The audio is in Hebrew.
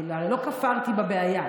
אני לא כפרתי בבעיה,